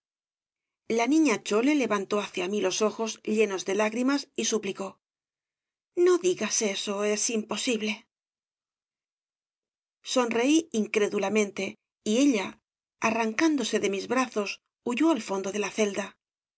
la niña chole levantó hacia mí los ojos llenos de lágrimas y suplicó no digas eso es imposible sonreí incrédulamente y ella arrancándoh obras de valle inclan ft se de mis brazos huyó al fondo de la celda